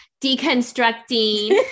deconstructing